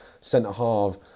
centre-half